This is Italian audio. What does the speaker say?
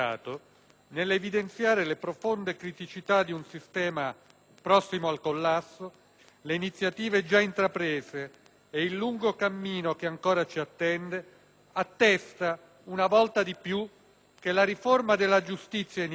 le iniziative già intraprese e il lungo cammino che ancora ci attende, attesta, una volta di più, che la riforma della giustizia in Italia non è una riforma qualsiasi e neppure una delle tante importanti riforme.